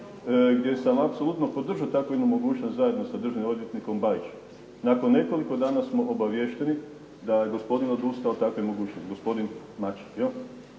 gdje sam apsolutno podržao takvu jednu mogućnost zajedno sa državnim odvjetnikom Bajićem. Nakon nekoliko dana smo obaviješteni da je gospodin odustao od takve mogućnosti, gospodin Maček.